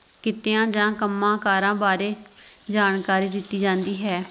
ਕਿੱਤਿਆਂ ਜਾਂ ਕੰਮਾਂ ਕਾਰਾਂ ਬਾਰੇ ਜਾਣਕਾਰੀ ਦਿੱਤੀ ਜਾਂਦੀ ਹੈ